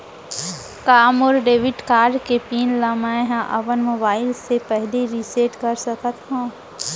का मोर debit card के पिन ल मैं ह अपन मोबाइल से पड़ही रिसेट कर सकत हो?